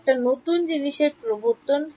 একটা নতুন জিনিসের প্রবর্তন